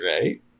right